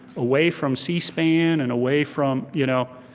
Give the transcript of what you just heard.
away from c-span, and away from, you know,